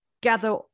gather